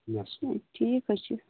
ٹھیٖک حَظ چھُ